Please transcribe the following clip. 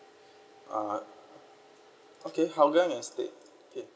uh okay hougang estate K